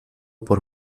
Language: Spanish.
por